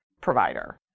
provider